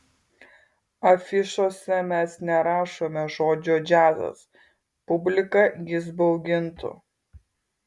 afišose mes nerašome žodžio džiazas publiką jis baugintų